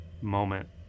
moment